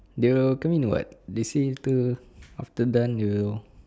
they will come in [what] they say till after done they will